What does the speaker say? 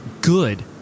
good